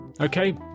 Okay